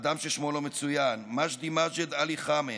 אדם ששמו לא מצוין, מג'די מאג'ד עלי חמד,